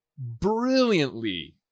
Brilliantly